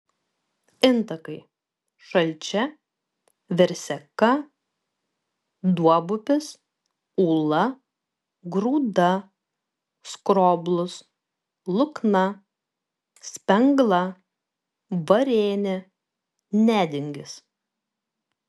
intakai šalčia verseka duobupis ūla grūda skroblus lukna spengla varėnė nedingis